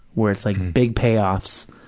where it's like big payoffs,